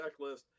checklist